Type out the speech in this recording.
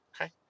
Okay